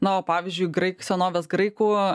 na o pavyzdžiui graikų senovės graikų